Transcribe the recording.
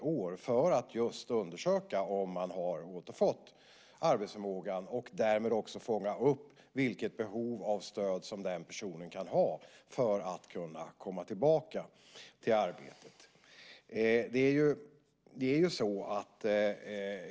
Detta görs för att just undersöka om personen i fråga återfått arbetsförmågan, och därmed kan vi också fånga upp vilket behov av stöd den personen kan ha för att kunna komma tillbaka till arbetet.